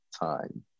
time